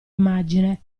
immagine